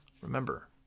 remember